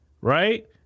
right